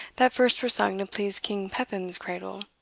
that first was sung to please king pepin's cradle